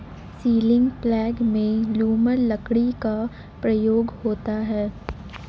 ceiling प्लेग में lumber लकड़ी का प्रयोग होता है